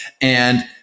And-